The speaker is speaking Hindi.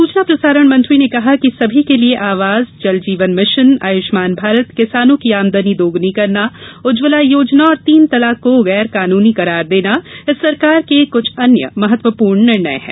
सूचना प्रसारण मंत्री ने कहा कि सभी के लिए आवास जल जीवन मिशन आयुष्मान भारत किसानों की आमदनी दोगुनी करना उज्जवला योजना और तीन तलाक को गैरकानूनी करार देना इस सरकार के कुछ अन्य महत्वपूर्ण निर्णय हैं